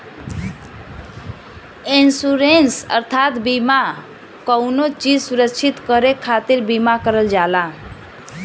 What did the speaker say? insurance अर्थात बीमा कउनो चीज सुरक्षित करे खातिर बीमा करल जाला